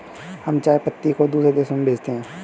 हम चाय पत्ती को दूसरे देशों में भेजते हैं